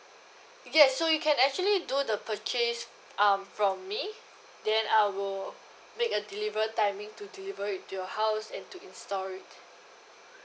yes so you can actually do the purchase um from me then I will make a deliver timing to deliver it to your house and to install it